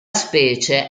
specie